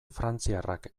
frantziarrak